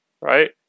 right